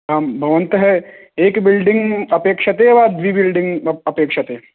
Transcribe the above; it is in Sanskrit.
आम् भवन्तः एक बिल्डिङ्ग् अपेक्षते वा द्विबिल्डिङ्ग् अपेक्षते